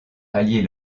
alliés